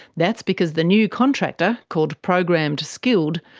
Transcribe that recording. that's because the new contractor, called programmed skilled,